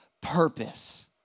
purpose